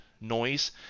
noise